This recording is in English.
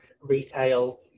retail